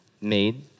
made